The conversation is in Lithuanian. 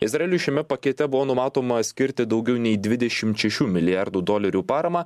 izraeliui šiame pakete buvo numatoma skirti daugiau nei dvidešimt šešių milijardų dolerių paramą